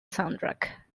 soundtrack